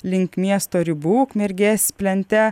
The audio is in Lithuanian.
link miesto ribų ukmergės plente